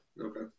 Okay